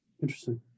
Interesting